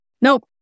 Nope